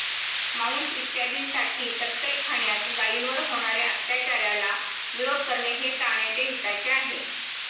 मांस इत्यादींसाठी कत्तलखान्यात गायींवर होणार्या अत्याचाराला विरोध करणे हे प्राण्याच्या हिताचे आहे